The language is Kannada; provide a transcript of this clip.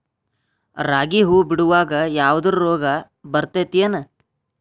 ರಾಗಿ ಹೂವು ಬಿಡುವಾಗ ಯಾವದರ ರೋಗ ಬರತೇತಿ ಏನ್?